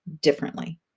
differently